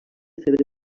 febre